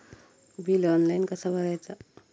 Bill online कसा भरायचा?